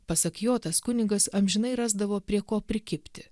pasak jo tas kunigas amžinai rasdavo prie ko prikibti